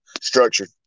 structured